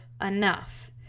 enough